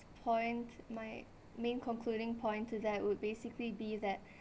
point my main concluding point to that would basically be that